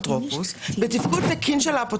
דווקא לזה אני מסכים.